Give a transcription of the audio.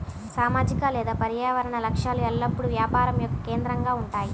సామాజిక లేదా పర్యావరణ లక్ష్యాలు ఎల్లప్పుడూ వ్యాపారం యొక్క కేంద్రంగా ఉంటాయి